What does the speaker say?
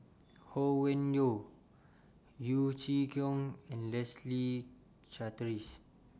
Ho Yuen Hoe Yeo Chee Kiong and Leslie Charteris